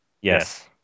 Yes